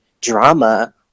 drama